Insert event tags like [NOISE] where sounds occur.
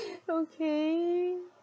[LAUGHS] okay